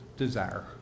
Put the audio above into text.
desire